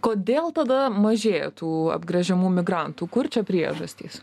kodėl tada mažėja tų apgręžiamų migrantų kur čia priežastys